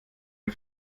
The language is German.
dem